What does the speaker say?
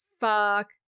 fuck